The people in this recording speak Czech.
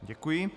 Děkuji.